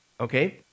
Okay